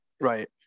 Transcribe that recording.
Right